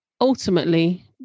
Ultimately